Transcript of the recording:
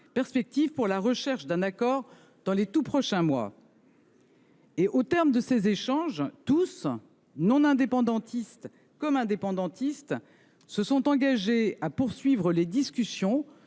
perspectives pour la conclusion d’un accord dans les tout prochains mois. Au terme de ces échanges, tous, non-indépendantistes comme indépendantistes, se sont engagés à poursuivre les discussions